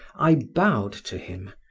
i bowed to him,